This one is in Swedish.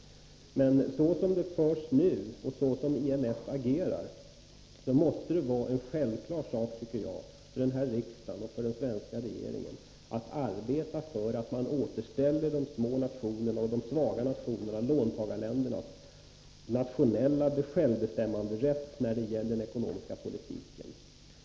Såsom IMF nu agerar måste det vara en självklar sak för den svenska riksdagen och den svenska regeringen att arbeta för ett återställande av de små och svaga nationernas — låntagarländernas — nationella självbestämmanderätt när det gäller den ekonomiska politiken.